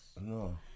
No